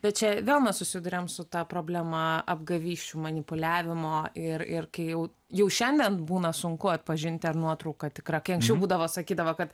bet čia vėl mes susiduriam su ta problema apgavysčių manipuliavimo ir ir kai jau šiandien būna sunku atpažinti ar nuotrauka tikra kai anksčiau būdavo sakydavo kad